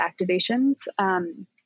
activations